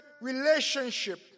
relationship